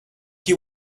you